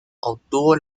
obtuvo